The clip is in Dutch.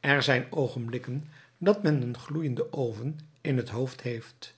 er zijn oogenblikken dat men een gloeienden oven in het hoofd heeft